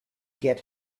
get